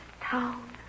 town